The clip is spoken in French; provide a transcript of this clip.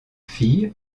fille